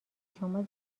شما